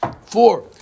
four